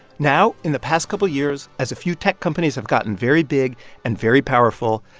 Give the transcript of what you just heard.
now, in the past couple years, as a few tech companies have gotten very big and very powerful,